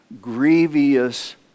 Grievous